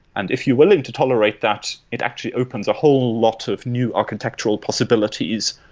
and if you're willing to tolerate that, it actually opens a whole lot of new architectural possibilities,